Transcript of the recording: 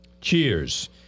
Cheers